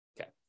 Okay